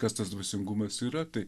kas tas dvasingumas yra tai